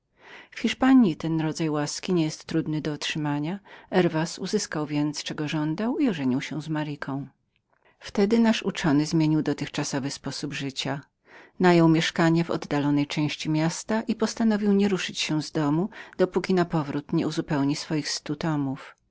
w hiszpanji ten rodzaj łaski nie jest trudnym do otrzymania herwas otrzymał czego żądał i ożenił się z maryką wtedy nasz uczony zmienił sposób życia najął mieszkanie w oddalonej części miasta i postanowił nie ruszyć się z domu dopóki napowrót nie uzupełnił swoich